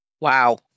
Wow